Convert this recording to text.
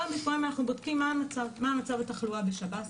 פעם בשבועיים אנחנו בודקים מה מצב התחלואה בשב"ס,